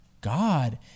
God